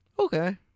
Okay